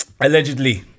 allegedly